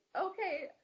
okay